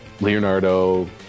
Leonardo